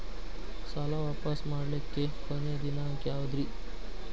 ಸಾಲಾ ವಾಪಸ್ ಮಾಡ್ಲಿಕ್ಕೆ ಕೊನಿ ದಿನಾಂಕ ಯಾವುದ್ರಿ?